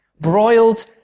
broiled